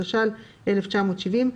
התש"ל-1970,